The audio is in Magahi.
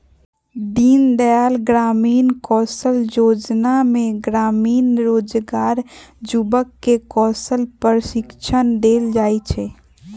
दीनदयाल ग्रामीण कौशल जोजना में ग्रामीण बेरोजगार जुबक के कौशल प्रशिक्षण देल जाइ छइ